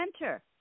enter